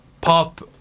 pop